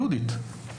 יהודית.